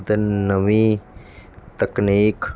ਅਤੇ ਨਵੀਂ ਤਕਨੀਕ